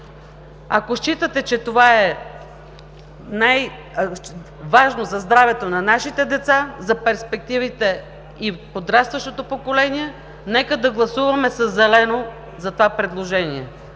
Ако считате, че това е най-важно за здравето на нашите деца, за перспективите пред подрастващото поколение, нека да гласуваме със зелено за това предложение.